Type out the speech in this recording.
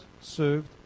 served